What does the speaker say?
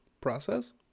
Process